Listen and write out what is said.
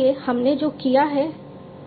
इसलिए हमने जो किया है